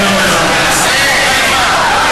תשתוק.